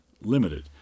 limited